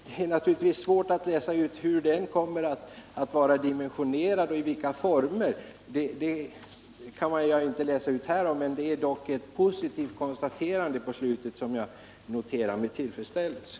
Det är naturligtvis svårt att läsa ut hur den kommer att vara dimensionerad och i vilken form verksamheten skall bedrivas — men det är ett positivt konstaterande i slutet av svaret, som jag noterar med tillfredsställelse.